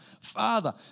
Father